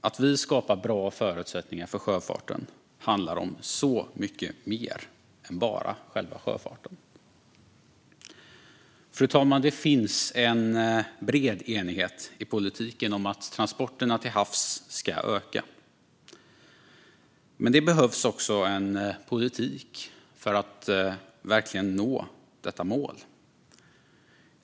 Att vi skapar bra förutsättningar för sjöfarten handlar om så mycket mer än bara själva sjöfarten. Fru talman! Det finns en bred enighet i politiken om att transporterna till havs ska öka. Men det behövs också en politik för att verkligen nå detta mål.